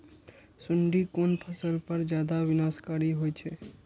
सुंडी कोन फसल पर ज्यादा विनाशकारी होई छै?